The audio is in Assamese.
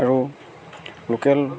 আৰু লোকেল